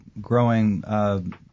growing –